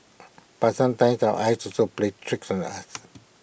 but sometimes our eyes also plays tricks on us